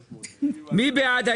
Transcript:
מי בעד קבלת הרוויזיה?